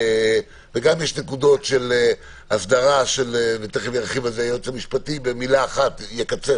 יש נקודות של הסדרה, ותכף היועץ המשפטי יקצר